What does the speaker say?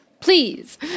please